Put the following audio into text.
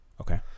Okay